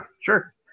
Sure